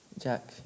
Jack